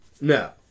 No